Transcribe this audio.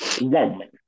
woman